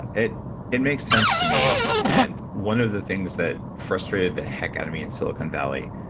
it it makes sense to me and one of the things that frustrated the heck out of me in silicon valley,